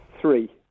three